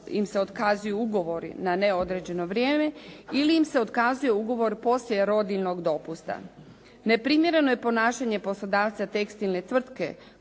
im se otkazuju ugovori na neodređeno vrijeme ili im se otkazuje ugovor poslije rodiljnog dopusta. Neprimjereno je ponašanje poslodavca tekstilne tvrtke